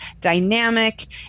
dynamic